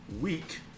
week